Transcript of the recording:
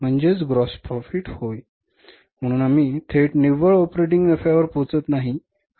म्हणून आम्ही थेट निव्वळ ऑपरेटिंग नफ्यावर पोहोचत नाही